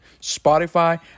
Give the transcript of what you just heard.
Spotify